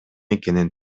экенин